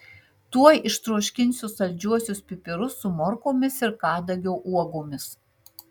tuoj ištroškinsiu saldžiuosius pipirus su morkomis ir kadagio uogomis